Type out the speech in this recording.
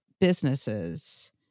businesses